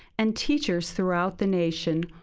and teachers throughout the nation,